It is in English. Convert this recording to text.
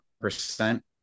percent